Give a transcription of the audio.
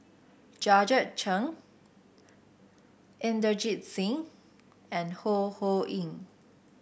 Georgette Chen Inderjit Singh and Ho Ho Ying